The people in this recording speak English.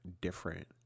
different